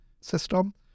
system